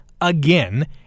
again